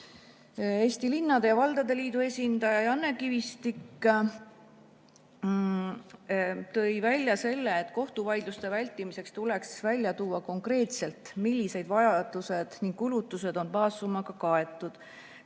Eesti Linnade ja Valdade Liidu esindaja Janne Kivistik tõi välja selle, et kohtuvaidluste vältimiseks tuleks välja tuua konkreetselt, millised vajadused ning kulutused on baassummaga kaetud.